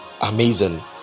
amazing